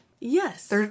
Yes